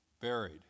buried